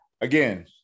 Again